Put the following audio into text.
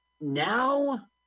Now